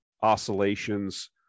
oscillations